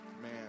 man